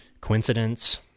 coincidence